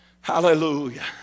Hallelujah